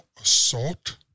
assault